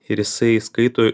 ir jisai skaito